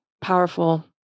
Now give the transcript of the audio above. powerful